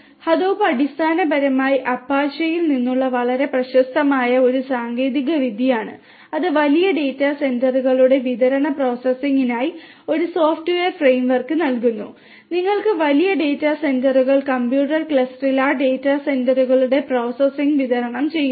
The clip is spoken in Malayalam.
ഹഡൂപ്പ് അടിസ്ഥാനപരമായി അപ്പാച്ചെയിൽ നിന്നുള്ള വളരെ പ്രശസ്തമായ ഒരു സാങ്കേതികവിദ്യയാണ് അത് വലിയ ഡാറ്റാസെറ്റുകളുടെ വിതരണ പ്രോസസ്സിംഗിനായി ഒരു സോഫ്റ്റ്വെയർ ഫ്രെയിംവർക്ക് നൽകുന്നു നിങ്ങൾക്ക് വലിയ ഡാറ്റാ സെറ്റുകൾ കമ്പ്യൂട്ടർ ക്ലസ്റ്ററിൽ ആ ഡാറ്റ സെറ്റുകളുടെ പ്രോസസ്സിംഗ് വിതരണം ചെയ്യുന്നു